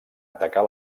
atacar